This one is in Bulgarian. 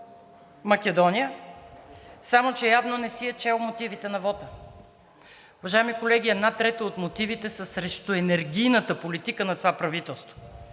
Македония, само че явно не си е чел мотивите на вота. Уважаеми колеги, една трета от мотивите са срещу енергийната политика на това правителство.